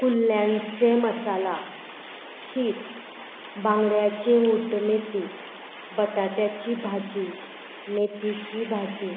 कुल्ल्यांचें मसाला शीत बांगड्याचें उड्डमेथी बटाट्याची भाजी मेथीची भाजी